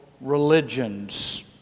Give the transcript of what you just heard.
religions